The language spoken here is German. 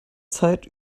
zeit